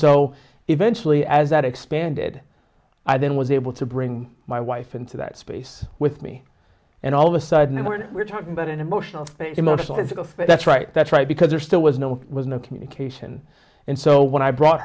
so eventually as that expanded i then was able to bring my wife into that space with me and all of a sudden when we're talking about an emotional state emotional physical space that's right that's right because there still was no was no communication and so when i brought